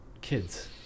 kids